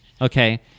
okay